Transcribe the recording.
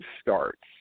starts